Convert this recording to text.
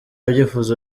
byifuzo